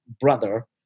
brother